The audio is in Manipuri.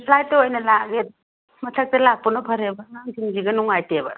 ꯐ꯭ꯂꯥꯏꯠꯇ ꯑꯣꯏꯅ ꯂꯥꯛꯂꯒꯦ ꯃꯊꯛꯇ ꯂꯥꯛꯄꯅ ꯐꯔꯦꯕ ꯑꯉꯥꯡꯁꯤꯡꯁꯤꯒ ꯅꯨꯡꯉꯥꯏꯇꯦꯕ